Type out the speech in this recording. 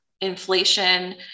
Inflation